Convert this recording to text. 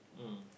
mm